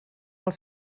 els